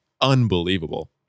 unbelievable